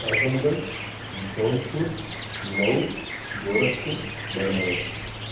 Azam Garh Jaunpur Mau Gorakhpur Banaras